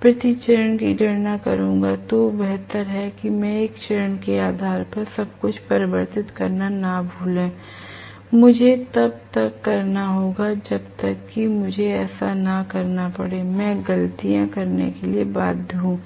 प्रति चरण की गणना करता हूं तो बेहतर है कि मैं एक चरण के आधार पर सब कुछ परिवर्तित करना न भूलें मुझे तब तक करना होगा जब तक कि मुझे ऐसा न करना पड़े मैं गलतियाँ करने के लिए बाध्य हूँ